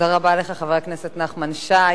תודה רבה לך, חבר הכנסת נחמן שי.